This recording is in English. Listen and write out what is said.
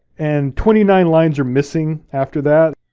and twenty nine lines are missing after that.